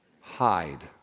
hide